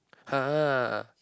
!huh!